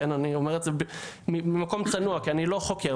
אני אומר את זה ממקום צנוע כי אני לא חוקר,